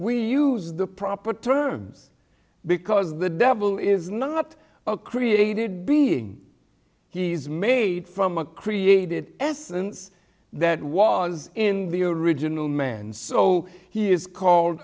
we use the proper terms because the devil is not a created being he's made from a created essence that was in the original man so he is called